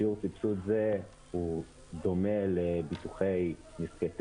שיעור סבסוד זה הוא דומה לביטוחי נזקי טבע.